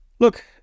Look